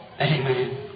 Amen